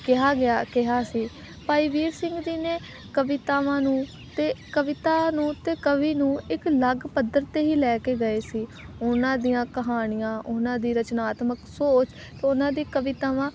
ਕਿਹਾ ਗਿਆ ਕਿਹਾ ਸੀ ਭਾਈ ਵੀਰ ਸਿੰਘ ਜੀ ਨੇ ਕਵਿਤਾਵਾਂ ਨੂੰ ਅਤੇ ਕਵਿਤਾ ਨੂੰ ਅਤੇ ਕਵੀ ਨੂੰ ਇੱਕ ਅਲੱਗ ਪੱਧਰ 'ਤੇ ਹੀ ਲੈ ਕੇ ਗਏ ਸੀ ਉਹਨਾਂ ਦੀਆਂ ਕਹਾਣੀਆਂ ਉਹਨਾਂ ਦੀ ਰਚਨਾਤਮਕ ਸੋਚ ਅਤੇ ਉਹਨਾਂ ਦੀ ਕਵਿਤਾਵਾਂ